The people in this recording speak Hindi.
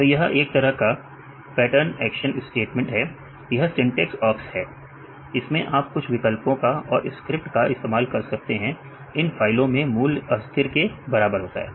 तो यह एक तरह का पैटर्न एक्शन स्टेटमेंट है यह सिंटेक्स ऑक्स है इसमें आप कुछ विकल्पों का और स्क्रिप्ट का इस्तेमाल कर सकते हैं इन फाइलों में मूल्य अस्थिर के बराबर है